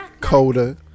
Coda